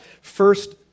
First